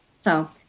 so